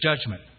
judgment